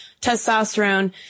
testosterone